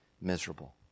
miserable